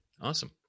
Awesome